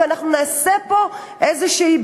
ואנחנו נעשה פה איזושהי,